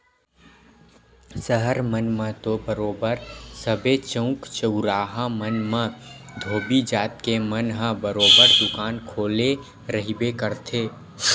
सहर मन म तो बरोबर सबे चउक चउराहा मन म धोबी जात के मन ह बरोबर दुकान खोले रहिबे करथे